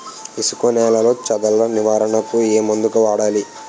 ఇసుక నేలలో చదల నివారణకు ఏ మందు వాడాలి?